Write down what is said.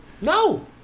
No